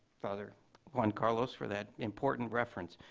father juan carlos, for that important reference,